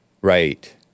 Right